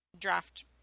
draft